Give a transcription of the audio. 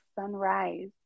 sunrise